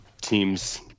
teams